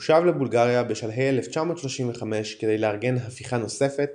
הוא שב לבולגריה בשלהי 1935 כדי לארגן הפיכה נוספת